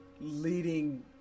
leading